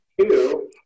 Two